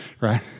right